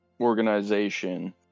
organization